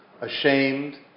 ashamed